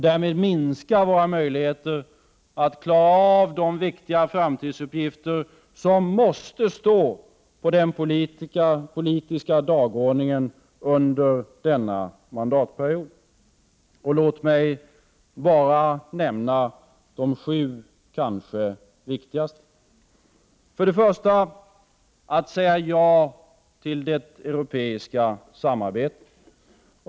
Därmed minskar våra möjligheter att klara av de viktiga framtidsuppgifter som måste stå på den politiska dagordningen under denna mandatperiod. Låt mig nämna de sju kanske viktigaste. För det första: Att säga ja till det europeiska samarbetet.